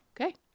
Okay